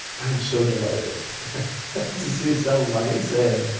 i'm am so delighted to see somebody say,